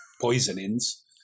poisonings